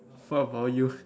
what about you